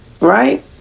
Right